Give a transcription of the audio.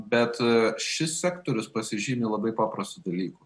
bet šis sektorius pasižymi labai paprastu dalyku